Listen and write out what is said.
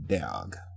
dog